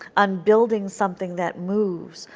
um building something that moves,